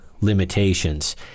limitations